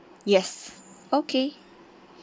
yes okay